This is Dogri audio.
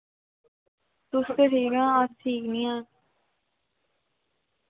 तुस ते ठीक आं अस ठीक नी ऐ